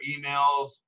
emails